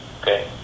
Okay